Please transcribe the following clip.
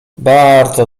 bardzo